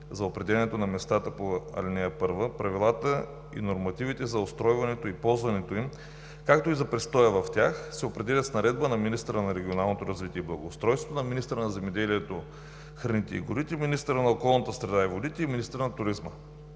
за определянето на местата по ал. 1, правилата и нормативите за устройването и ползването им, както и за престоя в тях, се определя с наредба на министъра на регионалното развитие и благоустройството, на министъра на земеделието, храните и горите, на министъра на околната среда и водите и на министъра на туризма.